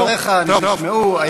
דבריך נשמעו.